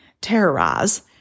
terrorize